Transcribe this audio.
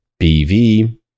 bv